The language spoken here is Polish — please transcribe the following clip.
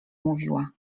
mówiła